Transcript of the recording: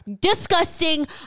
Disgusting